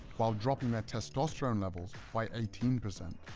while dropping their testosterone levels by eighteen percent.